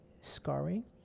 scarring